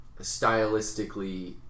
stylistically